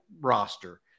roster